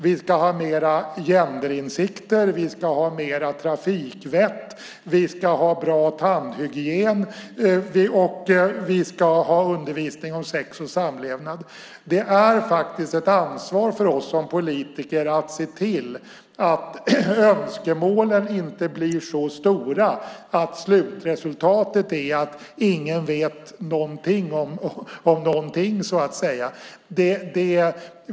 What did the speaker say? Vi ska ha mer genderinsikter, vi ska ha mer trafikvett, vi ska ha bra tandhygien och vi ska ha undervisning om sex och samlevnad. Det är faktiskt ett ansvar för oss som politiker att se till att önskemålen inte blir så stora att slutresultatet blir att ingen vet någonting om någonting, så att säga.